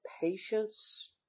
patience